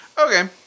Okay